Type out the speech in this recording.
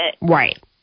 right